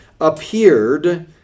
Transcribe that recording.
appeared